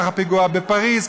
כך הפיגוע בפריז,